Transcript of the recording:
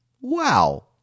wow